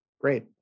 Great